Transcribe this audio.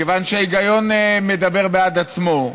כיוון שההיגיון מדבר בעד עצמו,